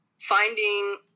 finding